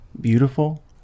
beautiful